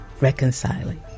reconciling